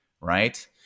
right